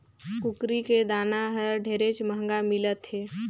कुकरी के दाना हर ढेरेच महंगा मिलत हे